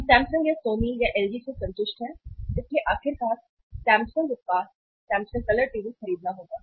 हम सैमसंग या सोनी या एलजी से संतुष्ट हैं इसलिए आखिरकार सैमसंग उत्पाद सैमसंग कलर टीवी खरीदना होगा